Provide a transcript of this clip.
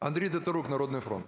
Андрій Тетерук, "Народний фронт".